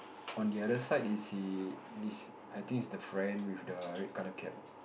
on the other side is he is I think is the friend with the red color hat